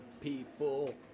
people